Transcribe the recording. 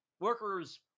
workers